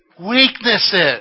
Weaknesses